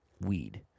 weed